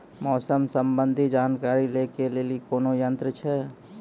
मौसम संबंधी जानकारी ले के लिए कोनोर यन्त्र छ?